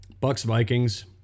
Bucks-Vikings